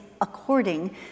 according